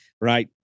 Right